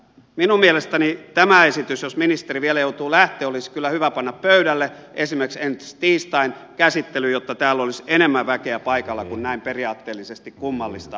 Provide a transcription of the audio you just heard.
minun mielestäni tämä esitys jos ministeri vielä joutuu lähtemään olisi kyllä hyvä panna pöydälle esimerkiksi ensi tiistain käsittelyyn jotta täällä olisi enemmän väkeä paikalla kun näin periaatteellisesti kummallista asiaa käsitellään